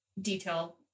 detail